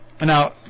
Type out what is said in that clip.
Now